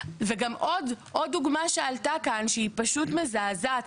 וגם עוד דוגמא שעלתה כאן שהיא פשוט מזעזעת,